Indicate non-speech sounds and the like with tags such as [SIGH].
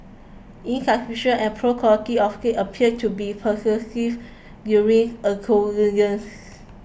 insufficient and poor quality of gate appear to be pervasive during [UNINTELLIGIBLE]